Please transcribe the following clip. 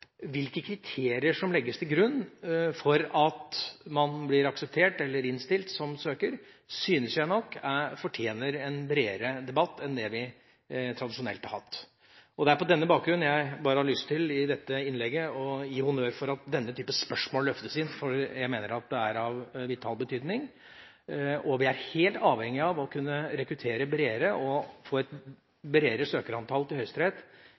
Hvilke kriterier som legges til grunn for at man blir akseptert eller innstilt som søker, synes jeg nok fortjener en bredere debatt enn det vi tradisjonelt har hatt. På denne bakgrunn har jeg i dette innlegget lyst til å gi honnør for at denne typen spørsmål løftes inn, for jeg mener det er av vital betydning. Vi er helt avhengig av å kunne rekruttere bredere, få et høyere antall søkere, til Høyesterett,